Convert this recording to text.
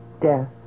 Death